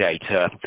data